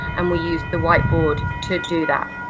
and we used the whiteboard to do that.